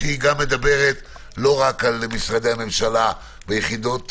שמדברת לא רק על משרדי הממשלה והיחידות,